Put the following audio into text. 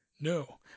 No